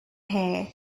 here